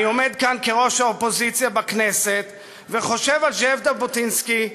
אני עומד כאן כראש האופוזיציה בכנסת וחושב על זאב ז'בוטינסקי,